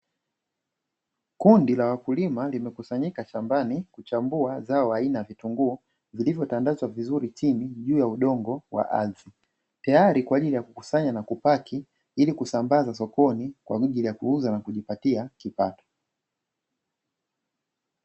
Kundi la wakulima limekusanyika shambani kuchambua zao aina ya vitunguu vilivyo tandazwa vizuri chini, juu ya udongo wa ardhi. Tayari kwa ajili ya kukusanya na kupaki kwanda sokoni ili kujipatia kipato.